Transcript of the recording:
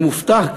אני מופתע,